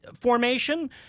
formation